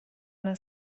una